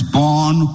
born